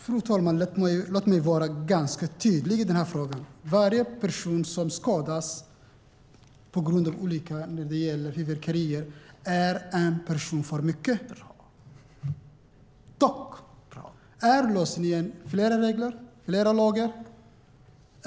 Fru talman! Låt mig vara tydlig i frågan: Varje person som skadas på grund av fyrverkerier är en person för mycket. Är lösningen fler lagar och fler regler?